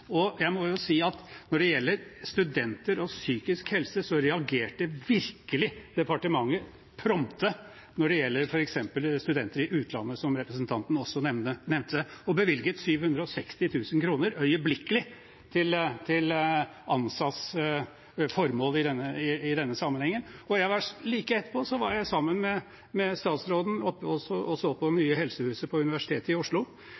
Jeg må si at når det gjelder studenter og psykisk helse, reagerte virkelig departementet prompte overfor f.eks. studenter i utlandet, som representanten også nevnte, og bevilget øyeblikkelig 760 000 kr til ANSAs formål i denne sammenhengen. Like etterpå var jeg sammen med statsråden og så på det nye helsehuset på Universitetet i Oslo.